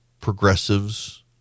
progressives